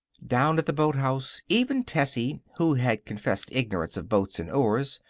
down at the boathouse even tessie, who had confessed ignorance of boats and oars,